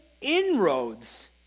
inroads